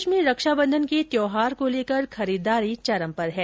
प्रदेश में रक्षाबंधन के त्यौहार को लेकर खरीददारी चरम पर है